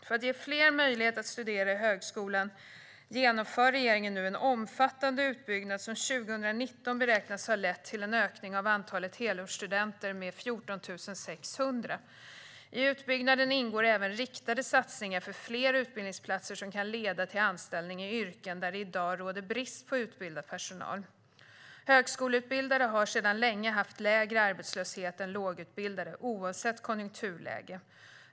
För att ge fler möjlighet att studera i högskolan genomför regeringen nu en omfattande utbyggnad som 2019 beräknas ha lett till en ökning av antalet helårsstudenter med 14 600. I utbyggnaden ingår även riktade satsningar för fler utbildningsplatser som kan leda till anställning i yrken där det i dag råder brist på utbildad personal. Högskoleutbildade har sedan länge haft lägre arbetslöshet än lågutbildade oavsett konjunkturläge.